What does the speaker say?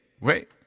Wait